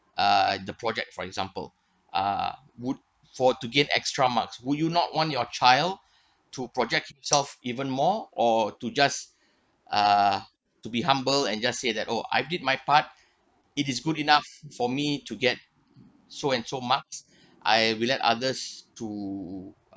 uh the project for example uh would for to get extra marks would you not want your child to project himself even more or to just uh to be humble and just say that oh I did my part it is good enough for me to get so and so marks I will let others to